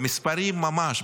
במספרים ממש,